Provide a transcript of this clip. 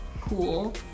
cool